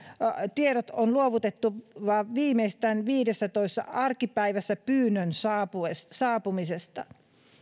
tiedot on luovutettava viimeistään viidessätoista arkipäivässä pyynnön saapumisesta saapumisesta